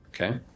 Okay